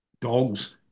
dogs